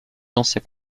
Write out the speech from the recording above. anciens